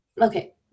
okay